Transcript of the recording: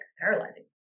paralyzing